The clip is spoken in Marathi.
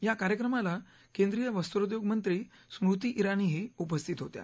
या कार्यक्रमाला केंद्रीय वस्त्रोद्योग मंत्री स्मृती इराणीही उपस्थित होत्या